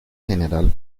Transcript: general